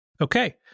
Okay